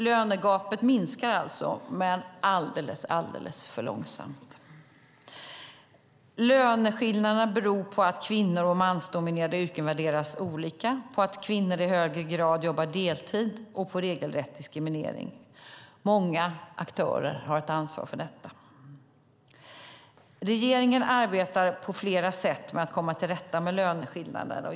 Lönegapet minskar alltså, men alldeles för långsamt. Löneskillnaderna beror på att kvinno och mansdominerade yrken värderas olika, på att kvinnor i högre grad jobbar deltid och på regelrätt diskriminering. Många aktörer har ett ansvar för detta. Regeringen arbetar på flera sätt med att komma till rätta med löneskillnaderna.